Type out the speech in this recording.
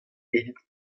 evit